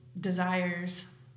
desires